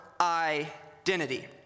identity